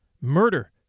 murder